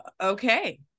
okay